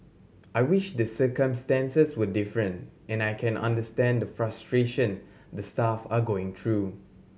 I wish the circumstances were different and I can understand the frustration the staff are going through